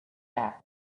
happen